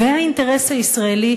והאינטרס הישראלי,